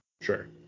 sure